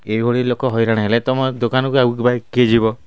ଏହିଭଳି ଲୋକ ହଇରାଣ ହେଲେ ତୁମ ଦୋକାନକୁ ଆଉ ଭାଇ କିଏ ଯିବ